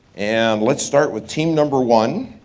and let's start with team number one,